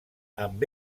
amb